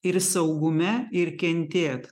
ir saugume ir kentėt